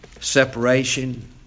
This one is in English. separation